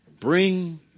Bring